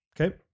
Okay